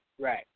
Right